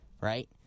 right